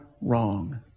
wrong